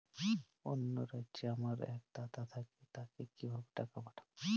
অন্য রাজ্যে আমার এক দাদা থাকে তাকে কিভাবে টাকা পাঠাবো?